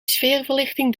sfeerverlichting